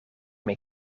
mijn